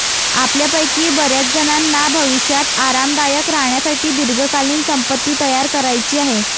आपल्यापैकी बर्याचजणांना भविष्यात आरामदायक राहण्यासाठी दीर्घकालीन संपत्ती तयार करायची आहे